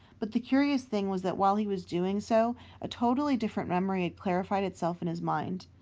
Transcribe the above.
but the curious thing was that while he was doing so a totally different memory had clarified itself in his mind,